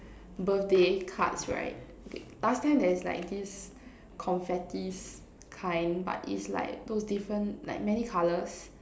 birthday cards right last time there's like this confetti kind but is like those different like many colors